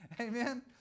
Amen